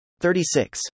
36